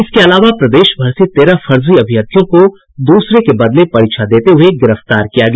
इसके अलावा प्रदेश भर से तेरह फर्जी अभ्यर्थियों को दूसरे के बदले परीक्षा देते हुए गिरफ्तार किया गया